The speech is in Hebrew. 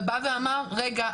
ובא ואמר "רגע,